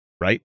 Right